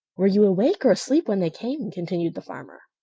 were you awake or asleep when they came? continued the farmer.